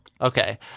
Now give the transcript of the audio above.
Okay